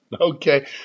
Okay